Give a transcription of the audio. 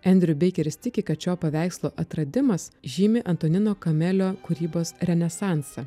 endriu beikeris tiki kad šio paveikslo atradimas žymi antonino kamelio kūrybos renesansą